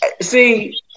see